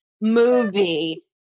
movie